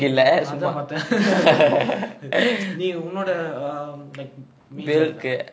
அதா பாத்த:athaa paatha நீ உன்னோட:nee unnoda like